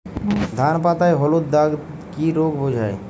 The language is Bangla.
ধান পাতায় হলুদ দাগ কি রোগ বোঝায়?